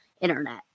internet